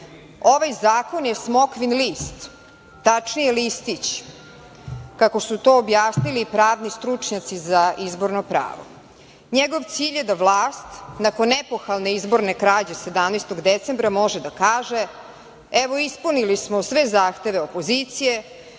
ovaj zakon je smokvin list, tačnije listić, kako su to objasnili pravni stručnjaci za izborno pravo. Njegov cilj je da vlast nakon epohalne izborne krađe 17. decembra može da kaže – evo ispunili smo sve zahteve opozicije